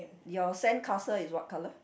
your sand castle is what colour